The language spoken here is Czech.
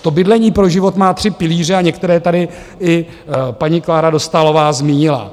To Bydlení pro život má tři pilíře a některé tady i paní Klára Dostálová zmínila.